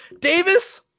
Davis